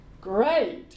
great